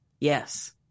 Yes